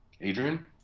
Adrian